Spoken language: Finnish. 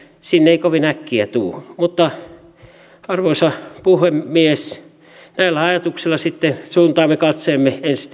sinne ei kovin äkkiä tule arvoisa puhemies näillä ajatuksilla sitten suuntaamme katseemme ensi